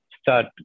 start